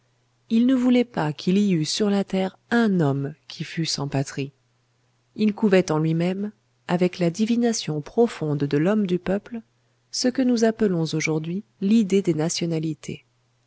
il ne voulait pas qu'il y eût sur la terre un homme qui fût sans patrie il couvait en lui-même avec la divination profonde de l'homme du peuple ce que nous appelons aujourd'hui l'idée des nationalités